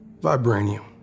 Vibranium